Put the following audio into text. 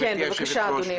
גברתי היושבת ראש,